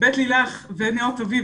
'בית לילך' ו'נאות אביב',